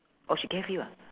oh she gave you ah